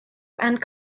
and